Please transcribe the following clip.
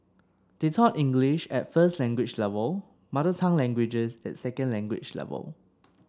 they taught English at first language level mother tongue languages at second language level